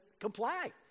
comply